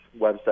website